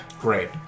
Great